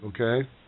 Okay